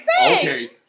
Okay